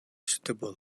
suitable